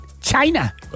China